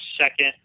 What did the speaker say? second